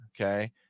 Okay